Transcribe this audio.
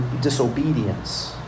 disobedience